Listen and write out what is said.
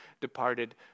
departed